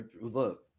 Look